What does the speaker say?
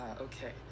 okay